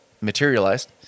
materialized